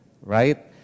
right